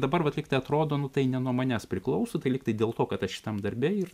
dabar vat lygtai atrodo nu tai ne nuo manęs priklauso tai lygtai dėl to kad aš šitam darbe ir